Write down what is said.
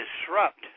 disrupt